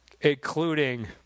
including